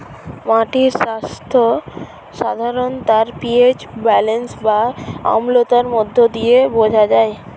মাটির স্বাস্থ্য সাধারণত তার পি.এইচ ব্যালেন্স বা অম্লতার মধ্য দিয়ে বোঝা যায়